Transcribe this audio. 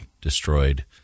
destroyed